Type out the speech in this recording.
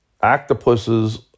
octopuses